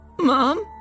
Mom